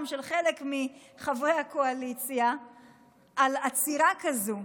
של חלק מחברי הקואליציה על עצירה כזאת.